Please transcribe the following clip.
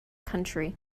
country